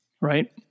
Right